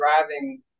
driving